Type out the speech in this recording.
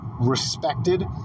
respected